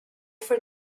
for